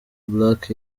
black